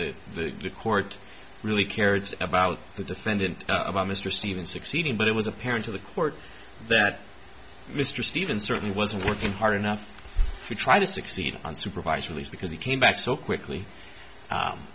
the court really cared about the defendant mr stephen succeeding but it was apparent to the court that mr stevens certainly wasn't working hard enough to try to succeed on supervised release because he came back so quickly